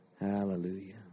Hallelujah